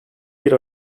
bir